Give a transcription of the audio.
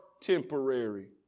temporary